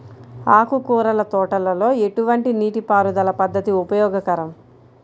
ఆకుకూరల తోటలలో ఎటువంటి నీటిపారుదల పద్దతి ఉపయోగకరం?